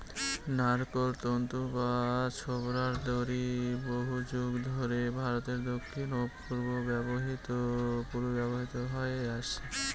নারকোল তন্তু বা ছোবড়ার দড়ি বহুযুগ ধরে ভারতের দক্ষিণ ও পূর্বে ব্যবহৃত হয়ে আসছে